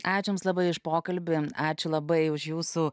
ačiū jums labai už pokalbį ačiū labai už jūsų